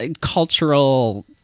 cultural